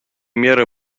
меры